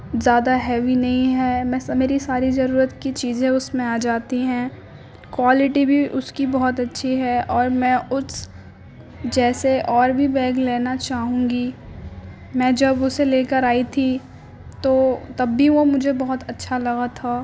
زیادہ ہیوی نہیں ہے میں میری ساری ضرورت کی چیزیں اس میں آ جاتی ہیں کوالیٹی بھی اس کی بہت اچھی ہے اور میں اس جیسے اور بھی بیگ لینا چاہوں گی میں جب اسے لے کر آئی تھی تو تب بھی وہ مجھے بہت اچھا لگا تھا